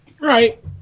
Right